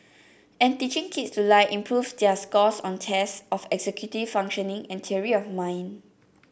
and teaching kids to lie improves their scores on tests of executive functioning and theory of mind